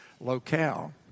locale